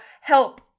help